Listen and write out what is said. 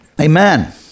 Amen